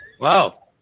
Wow